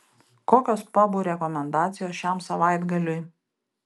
kokios pabų rekomendacijos šiam savaitgaliui